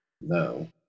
No